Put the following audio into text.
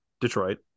Detroit